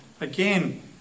Again